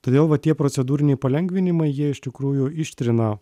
todėl va tie procedūriniai palengvinimai jie iš tikrųjų ištrina